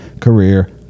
career